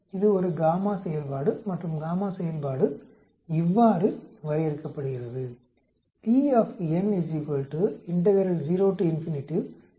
இது ஒரு செயல்பாடு மற்றும் செயல்பாடு இவ்வாறு வரையறுக்கப்படுகிறது